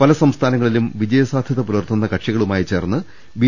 പല സംസ്ഥാനങ്ങളിലും വിജയസാധൃത പുലർത്തുന്ന കക്ഷികളുമായി ചേർന്ന് ബി